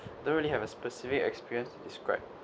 don't really have a specific experience to describe